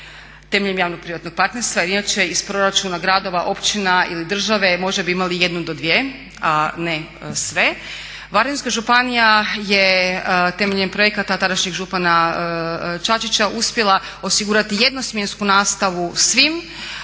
temeljem javnog privatnog partnerstva jer inače iz proračuna gradova, općina i države možda bi imali jednu do dvije a ne sve. Varaždinska županija je temeljem projekata tadašnjeg župana Čačića uspjela osigurati jednosmjensku nastavu svim